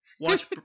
Watch